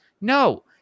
no